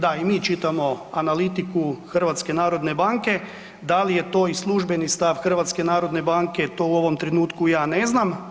Da i mi čitamo analitiku HNB-a, da li je to i službeni stav HNB-a to u ovom trenutku ja ne znam.